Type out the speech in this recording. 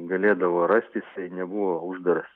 galėdavo rast jisai nebuvo uždaras